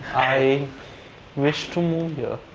i wish to move here